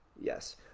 yes